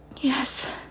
Yes